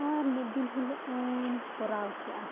ᱟᱨ ᱢᱤᱫ ᱫᱤᱱ ᱦᱤᱞᱳᱜ ᱦᱚᱸᱧ ᱠᱚᱨᱟᱣ ᱠᱮᱜᱼᱟ